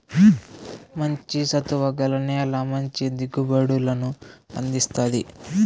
మంచి సత్తువ గల నేల మంచి దిగుబడులను అందిస్తాది